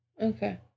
Okay